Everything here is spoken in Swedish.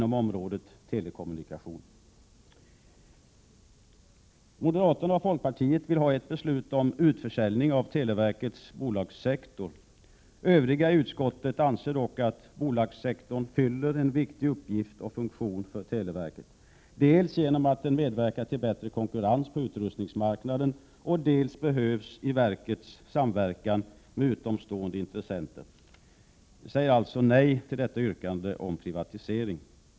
Moderata samlingspartiet och folkpartiet vill ha ett beslut om utförsäljning av televerkets bolagssektor. Övriga partier i utskottet anser dock att bolagssektorn har en viktig uppgift och fyller en viktig funktion för televerket, dels genom att den medverkar till en bättre konkurrens på utrustningsmarknaden, dels för att den behövs i verkets samverkan med utomstående intressenter. Vi säger alltså nej till detta yrkande om privatisering.